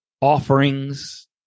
offerings